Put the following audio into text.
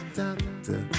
doctor